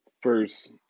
first